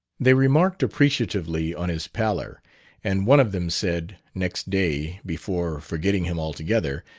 they remarked appreciatively on his pallor and one of them said, next day, before forgetting him altogether,